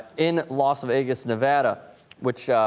in las vegas nevada which ah.